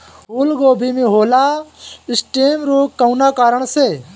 फूलगोभी में होला स्टेम रोग कौना कारण से?